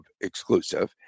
exclusive